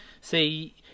see